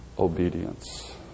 obedience